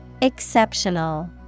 Exceptional